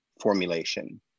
formulation